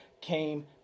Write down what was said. came